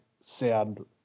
sound